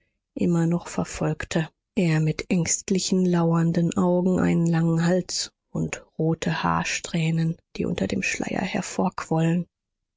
immer noch verfolgte er mit ängstlich lauernden augen einen langen hals und rote haarsträhne die unter dem schleier